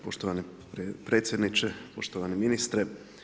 Poštovani predsjedniče, poštovani ministre.